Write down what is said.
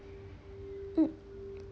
mm